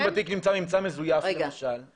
אם בתיק נמצא ממצא מזויף למשל?